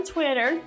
Twitter